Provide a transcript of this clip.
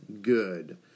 good